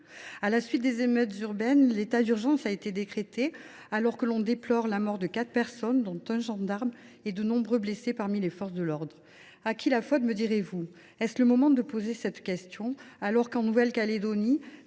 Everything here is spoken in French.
À la suite d’émeutes urbaines, l’état d’urgence a été décrété, alors que l’on déplore la mort de quatre personnes, dont un gendarme, et de nombreux blessés parmi les forces de l’ordre. À qui la faute, demandera t on ? Mais est ce bien le moment de poser cette question alors qu’en Nouvelle Calédonie